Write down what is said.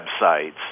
websites